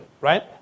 right